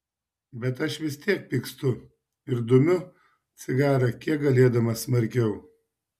bet aš vis tiek pykstu ir dumiu cigarą kiek galėdamas smarkiau